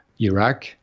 Iraq